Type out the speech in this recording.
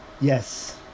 Yes